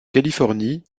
californie